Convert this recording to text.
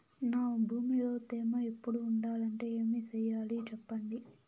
నా భూమిలో తేమ ఎప్పుడు ఉండాలంటే ఏమి సెయ్యాలి చెప్పండి?